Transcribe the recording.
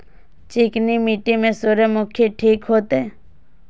चिकनी मिट्टी में सूर्यमुखी ठीक होते?